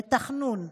בתחנון: